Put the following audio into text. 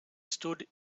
stood